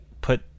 put